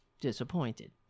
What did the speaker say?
disappointed